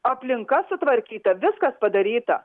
aplinka sutvarkyta viskas padaryta